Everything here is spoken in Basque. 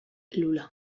lula